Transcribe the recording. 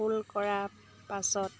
ফুল কৰা পাছত